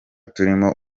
turimo